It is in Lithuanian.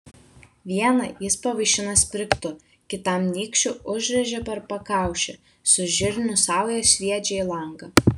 vieną jis pavaišina sprigtu kitam nykščiu užrėžia per pakaušį su žirnių sauja sviedžia į langą